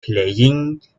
playing